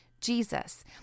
Jesus